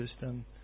system